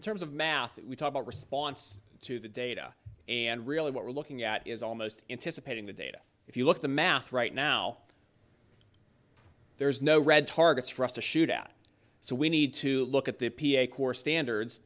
in terms of math we talk about response to the data and really what we're looking at is almost into supporting the data if you look at the math right now there's no red targets for us to shoot out so we need to look at the core standards